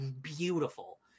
beautiful